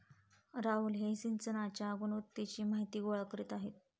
राहुल हे सिंचनाच्या गुणवत्तेची माहिती गोळा करीत आहेत